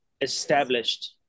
established